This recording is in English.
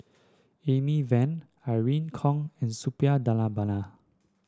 Amy Van Irene Khong and Suppiah Dhanabalan